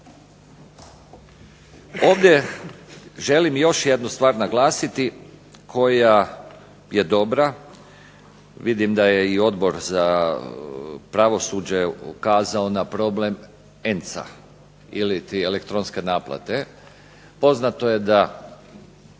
Ovdje želim još jednu stvar naglasiti koja je dobra, vidim da je i Odbor za pravosuđe ukazao na problem ENC-a ili elektronske naplate. Poznato je da,